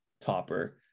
Topper